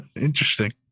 Interesting